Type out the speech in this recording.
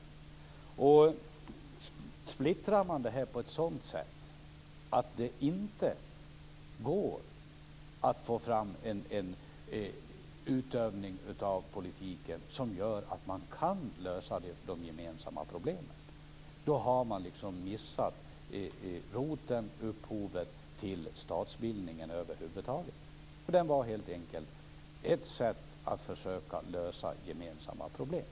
Om det här splittras på ett sådant sätt att det inte går att utöva politiken så att man kan lösa de gemensamma problemen har man liksom missat roten, upphovet, till statsbildningen över huvud taget, som helt enkelt var att man skulle hitta ett sätt att försöka lösa gemensamma problem.